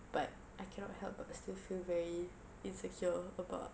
but I cannot help but still feel very insecure about